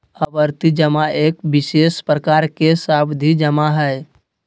आवर्ती जमा एक विशेष प्रकार के सावधि जमा हइ